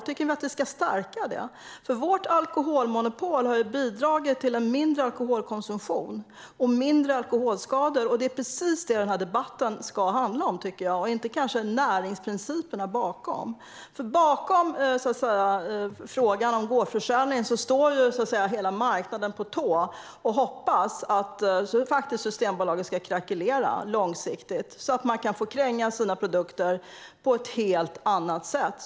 Tycker ni att vi ska stärka det? Vårt alkoholmonopol har bidragit till en mindre alkoholkonsumtion och färre alkoholskador, och det är det denna debatt ska handla om och inte näringsprinciperna. Bakom frågan om gårdsförsäljningen står hela marknaden på tå och hoppas att Systembolaget ska krackelera så att man kan få kränga sina produkter på ett helt annat sätt.